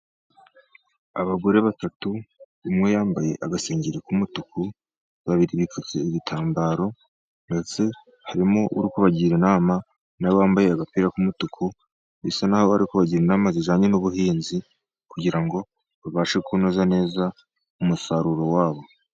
Abagore batatu umwe yambaye agasengeri k'umutuku, babiri bipfutse ibitambaro, ndetse harimo uri kubagira inama, n'abambaye agapira k'umutuku bisa n'aho bari kubagira inamamba zijyanye n'ubuhinzi, kugira ngo babashe kunoza neza umusaruro wa bo.